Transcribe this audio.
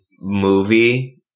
movie